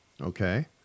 Okay